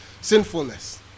sinfulness